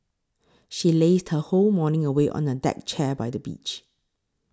she lazed her whole morning away on a deck chair by the beach